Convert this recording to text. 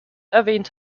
erwähnt